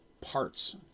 parts